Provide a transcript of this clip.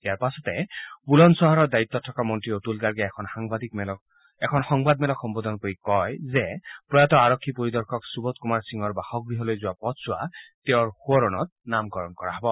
ইয়াৰ পাছতে বুলন্দ চহৰৰ দায়িত্বত থকা মন্ত্ৰী অতুল গাৰ্গে এখন সংবাদমেলক সম্বোধন কৰি কয় যে প্ৰয়াত আৰক্ষী পৰিদৰ্শক সুবোধ কুমাৰ সিঙৰ বাসগৃহলৈ যোৱা পথছোৱা তেওঁৰ সোঁৱৰণত নামকৰণ কৰা হ'ব